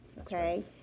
okay